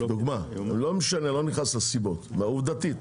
אני לא נכנס לסיבות, עובדתית.